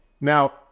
Now